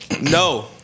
No